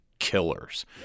Killers